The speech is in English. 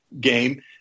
game